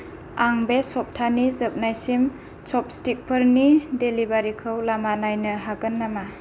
आं बे सब्थानि जोबनायसिम च'पस्तिकफोरनि डिलिभारिखौ लामा नायनो हागोन नामा